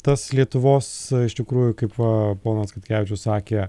tas lietuvos iš tikrųjų kaip va ponas katkevičius sakė